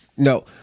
No